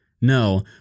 No